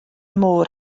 môr